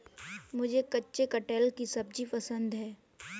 मुझे कच्चे कटहल की सब्जी पसंद है